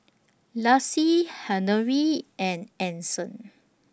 Laci Henery and Anson